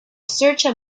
searched